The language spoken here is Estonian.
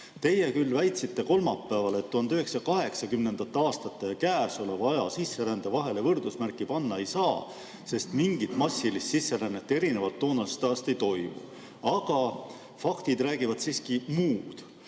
Te küll väitsite kolmapäeval, et 1980. aastate ja käesoleva aja sisserände vahele võrdusmärki panna ei saa, sest mingit massilist sisserännet erinevalt toonasest ajast ei toimu. Aga faktid räägivad muud.